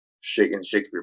Shakespeare